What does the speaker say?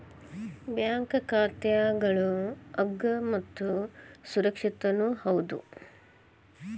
bank ಖಾತಾಗಳು ಅಗ್ಗ ಮತ್ತು ಸುರಕ್ಷಿತನೂ ಹೌದು